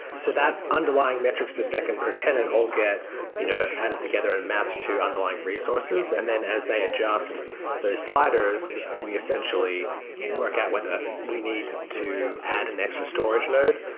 so that underlying metrics per second per tenant all get you know added together and mapped to underlying resources and then as they adjust those sliders, we essentially work out whether we need to add an extra storage node.